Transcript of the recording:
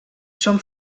són